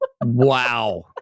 Wow